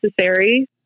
necessary